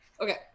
Okay